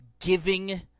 giving